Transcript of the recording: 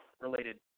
related